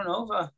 over